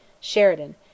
Sheridan